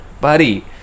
buddy